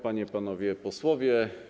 Panie i Panowie Posłowie!